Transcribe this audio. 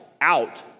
out